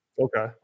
Okay